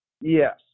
Yes